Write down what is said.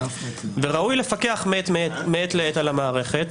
ראוי לפקח מעת לעת על המערכת,